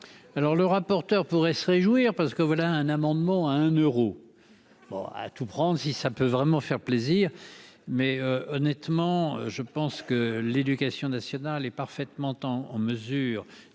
alors le rapporteur pourrait se réjouir. Que voilà un amendement à un euro. Bon, à tout prendre, si ça peut vraiment faire plaisir mais honnêtement, je pense que l'éducation nationale est parfaitement tant en mesure